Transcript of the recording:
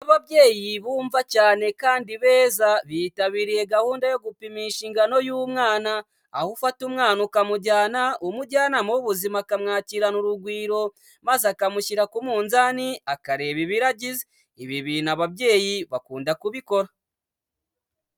Ni ababyeyi bumva cyane kandi beza bitabiriye gahunda yo gupimisha ingano y'umwana, aho ufata umwana ukamujyana umujyanama w'ubuzima akamwakirana urugwiro maze akamushyira ku munzani akareba ibiro agize, ibi bintu ababyeyi bakunda kubikora.